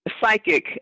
psychic